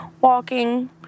walking